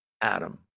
Adam